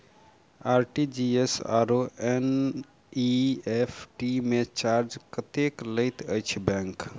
RTGS आओर NEFT मे charge कतेक लैत अछि बैंक?